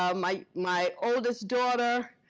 um my my oldest daughter.